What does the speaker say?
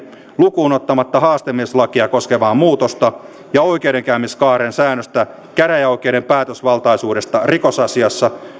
lukuun ottamatta haastemieslakia koskevaa muutosta ja oikeudenkäymiskaaren säännöstä käräjäoikeuden päätösvaltaisuudesta rikosasiassa